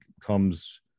comes